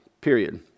period